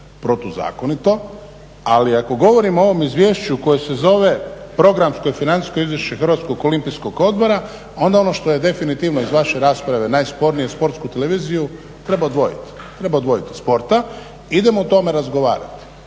protuzakonito, ali ako govorimo o ovom izvješću koje se zove Programsko i financijsko izvješće HOO-a onda ono što je definitivno iz vaše rasprave najspornije je Sportsku televiziju treba odvojiti od sporta. Idemo o tome razgovarati.